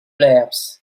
lerps